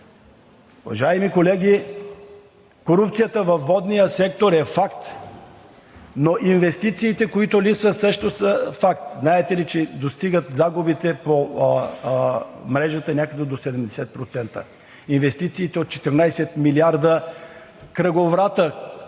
Уважаеми колеги, корупцията във водния сектор е факт, но инвестициите, които липсват, също са факт. Знаете ли, че загубите по мрежата достигат някъде до 70%? Инвестициите от 14 милиарда, кръговратът,